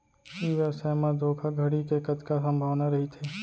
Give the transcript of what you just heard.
ई व्यवसाय म धोका धड़ी के कतका संभावना रहिथे?